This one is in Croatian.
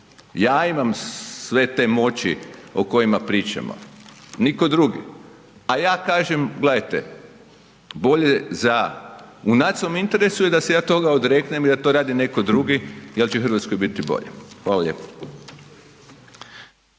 Ja imam sve te moći o kojima pričamo. Nitko drugi. A ja kažem gledajte bolje da u nacionalnom interesu je da se ja toga odreknem i da to radi netko drugi jer će Hrvatskoj biti bolje. Hvala lijepo.